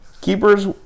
keepers